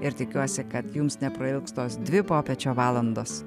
ir tikiuosi kad jums neprailgs tos dvi popiečio valandos